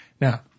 now